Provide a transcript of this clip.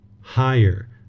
higher